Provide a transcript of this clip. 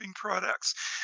products